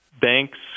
banks